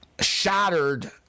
shattered